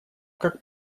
как